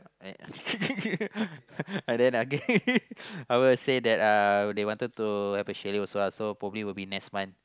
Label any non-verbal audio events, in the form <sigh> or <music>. <laughs> but then okay I will say that uh they wanted to have a chalet also lah so probably will be next month